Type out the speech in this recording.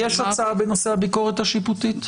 אני רק --- יש הצעה בנושא הביקורת השיפוטית?